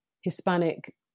Hispanic